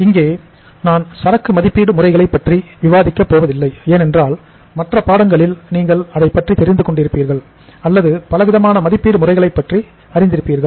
இங்கே நான் சரக்கு மதிப்பீடு முறைகளைப் பற்றி விவாதிக்கப் போவதில்லை ஏனென்றால் மற்ற பாடங்களில் நீங்கள் அதைப்பற்றி தெரிந்து கொண்டிருப்பீர்கள் அல்லது பலவிதமான மதிப்பீடு முறைகளைப் பற்றி அறிந்திருப்பீர்கள்